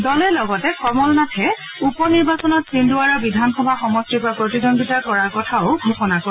দলে লগতে কমল নাথে উপ নিৰ্বাচনত চিন্দৱাড়া বিধানসভা সমষ্টিৰ পৰা প্ৰতিদ্বন্দ্বিতাৰ কৰাৰ কথাও ঘোষণা কৰে